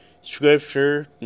scripture